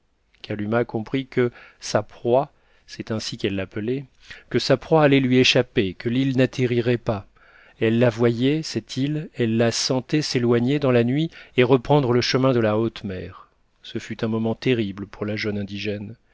kalumah comprit que sa proie c'est ainsi qu'elle l'appelait que sa proie allait lui échapper que l'île n'atterrirait pas elle la voyait cette île elle la sentait s'éloigner dans la nuit et reprendre le chemin de la haute mer ce fut un moment terrible pour la jeune indigène